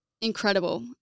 incredible